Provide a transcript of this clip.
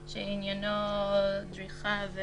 שעניינו דריכה,